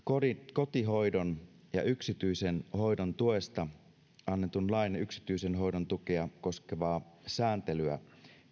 kotihoidon ja yksityisen hoidon tuesta annetun lain yksityisen hoidon tukea koskevaa sääntelyä